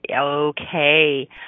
Okay